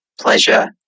pleasure